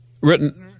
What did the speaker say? written